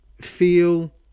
feel